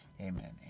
Amen